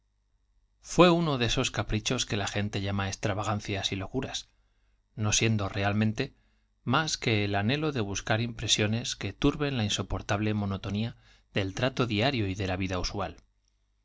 fué uno de esos caprichos que la gente llama siendo realmente más extravagancias y locuras no que el anhelo de buscar impresiones que turben la insoportable monotonía del trato diario y de la vida usual